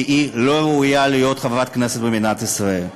כי היא לא ראויה להיות חברת כנסת במדינת ישראל.